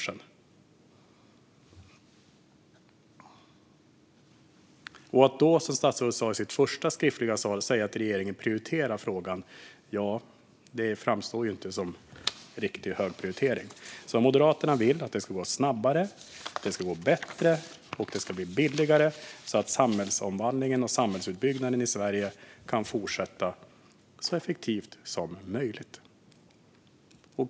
Statsrådet uttryckte i sitt första svar att regeringen prioriterar frågan, men det framstår inte som att den är riktigt högt prioriterad. Moderaterna vill att det ska gå snabbare, att det ska gå bättre och att det ska bli billigare, så att samhällsomvandlingen och samhällsutbyggnaden i Sverige kan fortsätta så effektivt som möjligt.